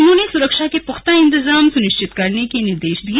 उन्होंने सुरक्षा के पुख्ता इंतजाम सुनिश्चित करने के निर्देश दिए